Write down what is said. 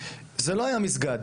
זה לא היה מסגד,